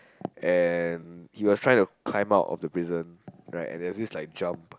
and he was trying to climb out of the prison right and there was this like jump